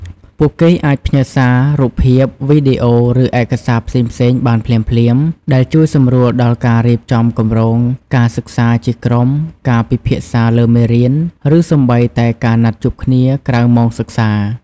ពួកគេអាចផ្ញើសារ រូបភាព វីដេអូ ឬឯកសារផ្សេងៗបានភ្លាមៗ ដែលជួយសម្រួលដល់ការរៀបចំគម្រោងការសិក្សាជាក្រុម ការពិភាក្សាលើមេរៀន ឬសូម្បីតែការណាត់ជួបគ្នាក្រៅម៉ោងសិក្សា។